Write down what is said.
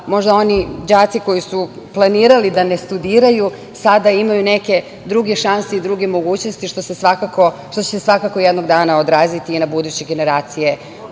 možda oni đaci koji su planirali da ne studiraju sada imaju druge šanse i druge mogućnosti, što će se svakako jednog dana odraziti i na buduće generacije